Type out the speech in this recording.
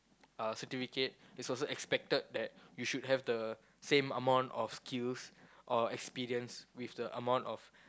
uh certificate it's also expected that you should have the same amount of skills or experience with the amount of